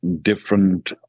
different